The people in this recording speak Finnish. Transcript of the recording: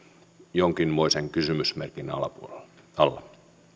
jonkinmoisen kysymysmerkin alla alla